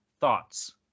thoughts